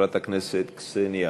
חברת הכנסת קסניה